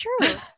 true